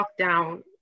lockdown